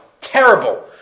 Terrible